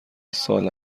سال